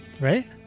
Right